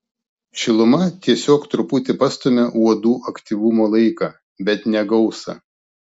šiluma tiesiog truputį pastumia uodų aktyvumo laiką bet ne gausą